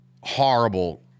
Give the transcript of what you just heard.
horrible